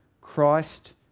Christ